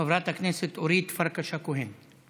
חברת הכנסת אורית פרקש הכהן.